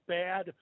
bad